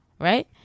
right